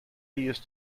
used